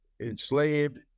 enslaved